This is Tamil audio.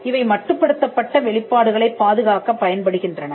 இவை மட்டுப்படுத்தப்பட்ட வெளிப்பாடுகளைப் பாதுகாக்கப் பயன்படுகின்றன